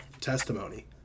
testimony